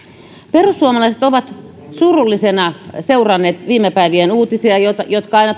perussuomalaiset ovat surullisena seuranneet viime päivien uutisia jotka aina